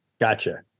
Gotcha